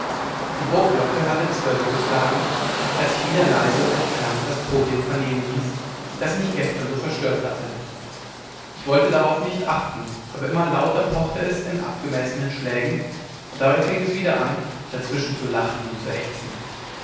die burgglocke hatte zwölfe geschlagen als sich wieder leise und entfernt das podien vernehmen ließ das mich gestern so verstört hatte ich wollte darauf nicht achten aber immer lauter pochte es in abgemessenen schlägen und dabei fing es wieder an dazwischen zu lachen und zu ächzen